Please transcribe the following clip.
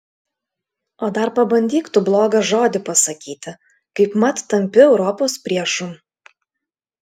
o dar pabandyk tu blogą žodį pasakyti kaipmat tampi europos priešu